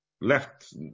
left